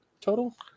total